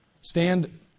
stand